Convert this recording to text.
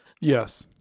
Yes